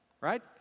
right